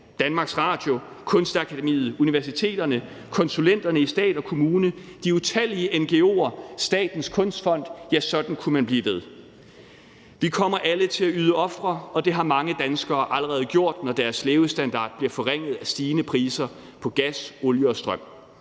sektor – DR, Kunstakademiet, universiteterne, konsulenterne i stat og kommune, de utallige ngo'er, Statens Kunstfond – ja, sådan kunne man blive ved. Vi kommer alle til at yde ofre, og det har mange danskere allerede gjort, når deres levestandard bliver forringet af stigende priser på gas, olie og strøm.